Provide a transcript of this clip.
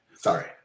sorry